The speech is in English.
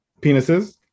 penises